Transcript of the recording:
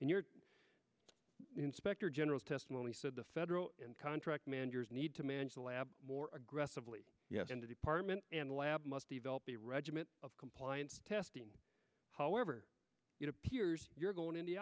in your inspector general's testimony said the federal contract managers need to manage the lab more aggressively than the department and the lab must develop a regiment of compliance testing however it appears you're going in the